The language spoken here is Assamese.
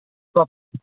কওক